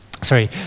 Sorry